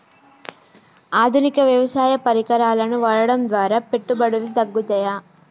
ఆధునిక వ్యవసాయ పరికరాలను వాడటం ద్వారా పెట్టుబడులు తగ్గుతయ?